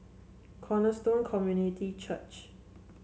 Cornerstone Community Church